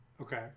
Okay